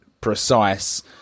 precise